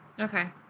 okay